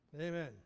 Amen